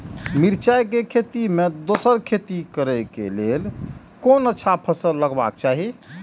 मिरचाई के खेती मे दोसर खेती करे क लेल कोन अच्छा फसल लगवाक चाहिँ?